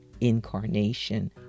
incarnation